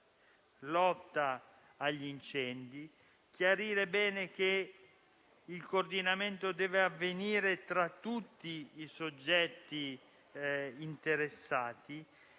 lotta agli incendi. Occorre chiarire bene che il coordinamento deve avvenire tra tutti i soggetti interessati